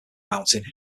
mountain